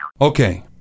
Okay